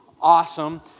awesome